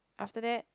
after that